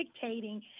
dictating